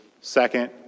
Second